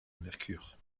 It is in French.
mercure